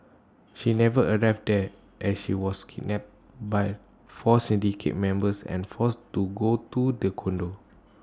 she never arrived there as she was kidnapped by four syndicate members and forced to go to the condo